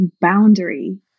boundary